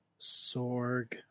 Sorg